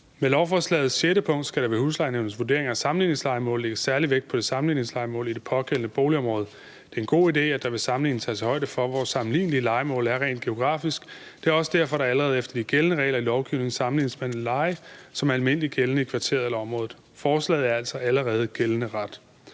Med forslagets 6. punkt skal der ved huslejenævnets vurderinger af sammenligningslejemål lægges særlig vægt på sammenligningslejemål i det pågældende boligområde. Det er en god idé, at der ved sammenligning tages højde for, hvor sammenlignelige lejemål er rent geografisk, og det er også derfor, der allerede efter de gældende regler i lovgivningen sammenlignes med en leje, som er almindeligt gældende i kvarteret eller området. Denne del af forslaget er altså allerede gældende ret.